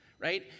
right